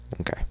Okay